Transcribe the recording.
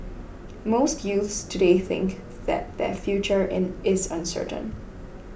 most youths today think that their future in is uncertain